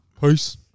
Peace